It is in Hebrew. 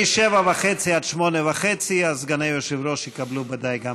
מ-19:30 עד 20:30. סגני היושב-ראש יקבלו בוודאי גם